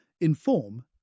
inform